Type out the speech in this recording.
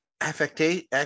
affectation